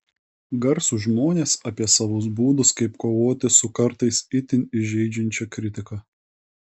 garsūs žmonės apie savus būdus kaip kovoti su kartais itin žeidžiančia kritika